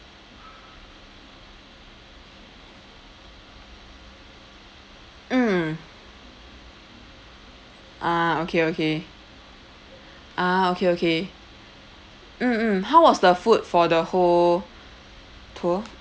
mm ah okay okay ah okay okay mm mm how was the food for the whole tour